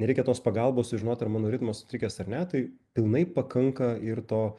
nereikia tos pagalbos sužinot ar mano ritmas sutrikęs ar ne tai pilnai pakanka ir to